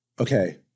Okay